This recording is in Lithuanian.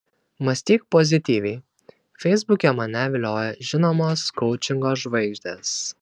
mąstyk pozityviai feisbuke mane vilioja žinomos koučingo žvaigždės